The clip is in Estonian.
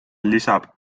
lisab